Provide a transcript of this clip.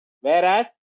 whereas